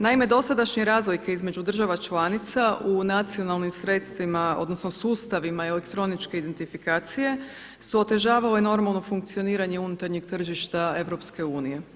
Naime, dosadašnje razlike između država članica u nacionalnim sredstvima odnosno sustavima elektroničke identifikacije su otežavale normalno funkcioniranje unutarnjeg tržišta EU.